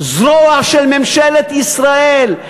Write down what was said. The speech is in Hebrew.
זרוע של ממשלת ישראל.